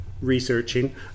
researching